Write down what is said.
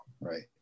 right